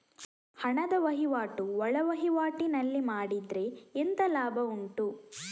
ಹಣದ ವಹಿವಾಟು ಒಳವಹಿವಾಟಿನಲ್ಲಿ ಮಾಡಿದ್ರೆ ಎಂತ ಲಾಭ ಉಂಟು?